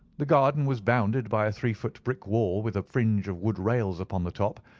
the garden was bounded by a three-foot brick wall with a fringe of wood rails upon the top,